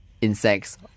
Insects